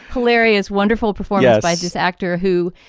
hilarious. wonderful performance by i just actor who,